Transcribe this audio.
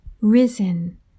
risen